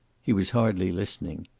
he was hardly listening.